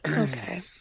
Okay